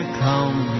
come